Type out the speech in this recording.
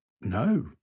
no